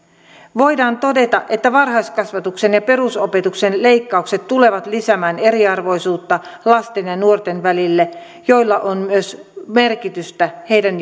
voidaan todeta että varhaiskasvatuksen ja perusopetuksen leikkaukset tulevat lisäämään eriarvoisuutta lasten ja nuorten välille millä on myös merkitystä heidän